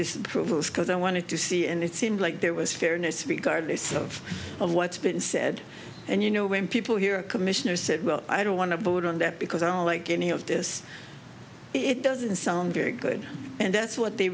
disapprovals because i wanted to see and it seemed like there was fairness regard of of what's been said and you know when people hear a commissioner said well i don't want to vote on that because i don't like any of this it doesn't sound very good and that's what they